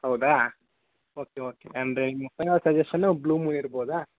ಹೌದಾ okay okay ಅಂದರೆ ನೀವು ಫೈನಲ್ ಸಜೇಶನ್ನೂ ಬ್ಲೂ ಮೂನ್ ಇರ್ಬೋದಾ